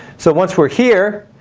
so once we're here,